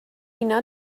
اینا